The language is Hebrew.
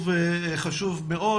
חשוב מאוד.